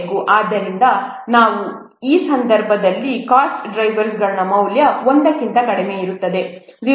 ಆದ್ದರಿಂದ ನಾವು ಆ ಸಂದರ್ಭದಲ್ಲಿ ಕಾಸ್ಟ್ ಡ್ರೈವರ್ನ ಮೌಲ್ಯವು 1 ಕ್ಕಿಂತ ಕಡಿಮೆಯಿರುತ್ತದೆ 0